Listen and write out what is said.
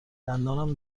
دندانم